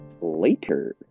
later